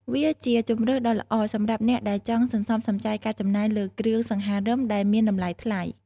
វាជាជម្រើសដ៏ល្អសម្រាប់អ្នកដែលចង់សន្សំសំចៃការចំណាយលើគ្រឿងសង្ហារិមដែលមានតម្លៃថ្លៃ។